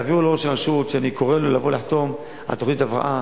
תעבירו לראש הרשות שאני קורא לו לבוא לחתום על תוכנית הבראה.